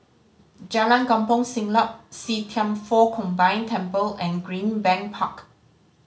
Jalan Kampong Siglap See Thian Foh Combined Temple and Greenbank Park